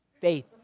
faith